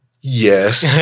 Yes